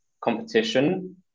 competition